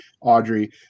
Audrey